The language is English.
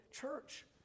Church